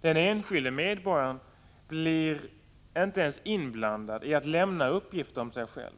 Den enskilde medborgaren blir inte ens inblandad i att lämna uppgifter om sig själv.